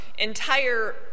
entire